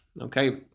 okay